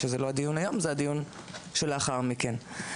שזה הדיון שלאחר מכן.